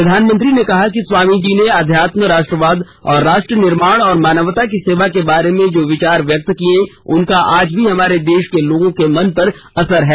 प्रधानमंत्री ने कहा कि स्वामीजी ने अध्यात्म राष्ट्रवाद तथा राष्ट्र निर्माण और मानवता की सेवा के बारे में जो विचार व्यक्त किये उनका आज भी हमारे देश के लोगों के मन पर असर है